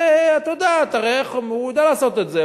את יודעת, הרי הוא יודע לעשות את זה.